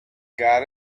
got